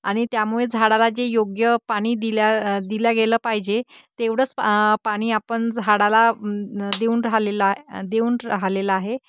आणि त्यामुळे झाडाला जे योग्य पाणी दिल्या दिल्या गेलं पाहिजे तेवढंच प पाणी आपण झाडाला देऊन राहिलेला देऊन राहिलेला आहे